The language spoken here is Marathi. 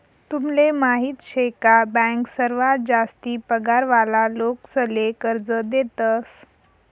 तुमले माहीत शे का बँक सर्वात जास्ती पगार वाला लोकेसले कर्ज देतस